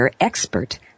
expert